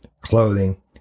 clothing